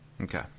Okay